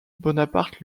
bonaparte